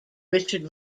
richard